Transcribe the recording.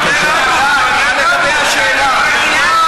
תענה לשאלה.